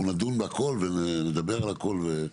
אנחנו נדון בכול ונדבר על הכול,